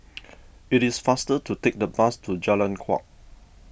it is faster to take the bus to Jalan Kuak